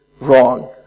wrong